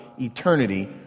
eternity